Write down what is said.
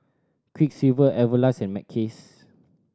Quiksilver Everlast and Mackays